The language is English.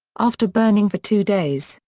after burning for two days,